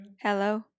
Hello